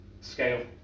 scale